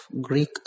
Greek